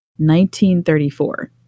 1934